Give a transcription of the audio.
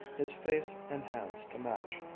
his face and hands to match,